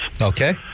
Okay